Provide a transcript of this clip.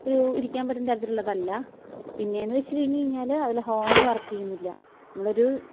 ഒരു ഇരിക്കാൻ പറ്റുന്ന തരത്തിലുള്ളതല്ല പിന്നേന്ന് വെച്ച് കഴിഞ്ഞ്ഴിഞ്ഞാൽ അതിലെ ഹോണ് വർക്ക് ചെയ്യുന്നില്ല നമ്മളൊരു